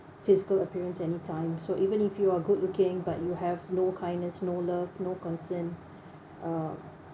physical appearance anytime so even if you are good looking but you have no kindness no love no conscience uh